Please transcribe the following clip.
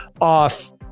off